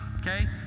okay